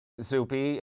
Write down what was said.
Zupi